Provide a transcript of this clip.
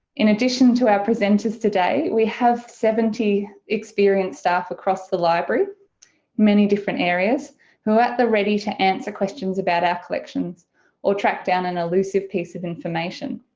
in addition to our presenters today we have seventy experienced staff across the library many different areas who are at the ready to answer questions about our collections or track down an elusive piece of information.